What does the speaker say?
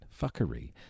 fuckery